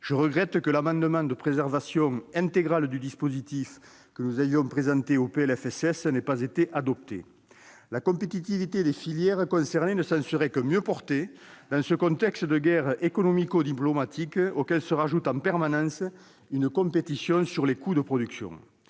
Je regrette que l'amendement de préservation intégrale du dispositif que nous avions présenté lors de l'examen du PLFSS n'ait pas été adopté. La compétitivité des filières concernées ne s'en serait que mieux portée, dans ce contexte de guerre économico-diplomatique, auquel s'ajoute en permanence une compétition sur les coûts de production.